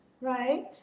right